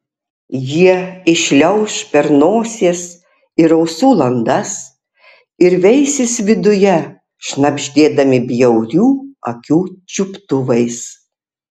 jie įšliauš per nosies ir ausų landas ir veisis viduje šnabždėdami bjaurių akių čiuptuvais